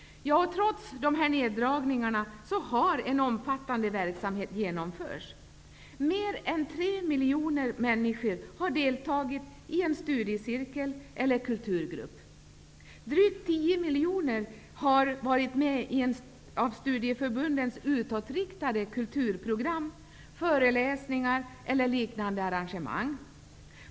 Trots denna neddragning har en omfattande verksamhet genomförts. Mer än 3 miljoner människor har deltagit i studiecirklar och kulturgrupper. Drygt 10 miljoner människor har deltagit i studieförbundens utåtriktade kulturprogram, föreläsningar eller liknande arrangemang.